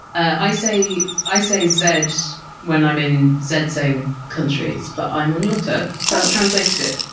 i say i say zed when i'm in zed-saying countries. but i'm on your turf, so i've translated it.